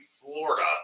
Florida